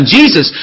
Jesus